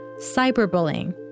cyberbullying